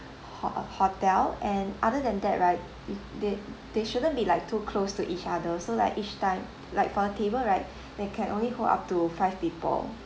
ho~ uh hotel and other than that right th~ they they shouldn't be like too close to each other so like each time like for a table right there can only hold up to five people